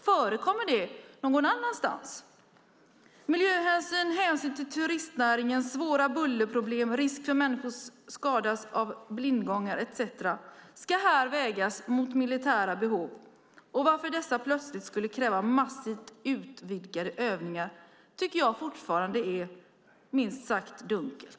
Förekommer det någon annanstans? Miljöhänsyn, hänsyn till turistnäringen, svåra bullerproblem, risk för människor att skadas av blindgångar etcetera ska vägas mot militära behov. Varför dessa plötsligt skulle kräva massivt utvidgade övningar tycker jag fortfarande är, minst sagt, dunkelt.